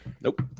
Nope